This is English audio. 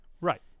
Right